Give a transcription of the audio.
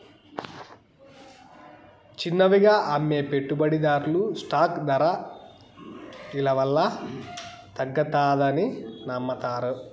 చిన్నవిగా అమ్మే పెట్టుబడిదార్లు స్టాక్ దర ఇలవల్ల తగ్గతాదని నమ్మతారు